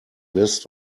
list